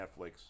Netflix